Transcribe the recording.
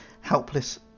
helpless